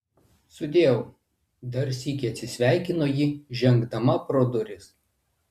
sudieu dar sykį atsisveikino ji žengdama pro duris